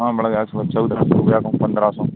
हाँ बढ़ गया थोड़ा चौदह सौ हो गया कहुँ पंद्रह सौ